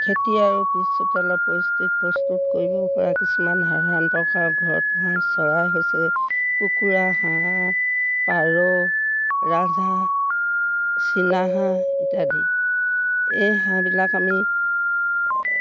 খেতি আৰু পিছ চোতালৰ পৰিস্থিতি প্ৰস্তুত কৰিবপৰা কিছুমান সাধাৰণ প্ৰসাৰ ঘৰত পোহা চৰাই হৈছে কুকুৰা হাঁহ পাৰ ৰাজহাঁহ চীনা হাঁহ ইত্যাদি এই হাঁহবিলাক আমি